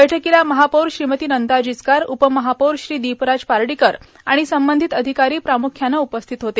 बैठकीला महापौर श्रीमती नंदा जिचकार उपमहापौर श्री दीपराज पार्डीकर आणि संबंधित अधिकारी प्राम्ख्यानं उपस्थित होते